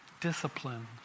discipline